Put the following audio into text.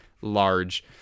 large